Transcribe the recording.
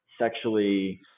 sexually